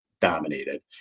dominated